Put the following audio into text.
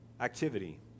activity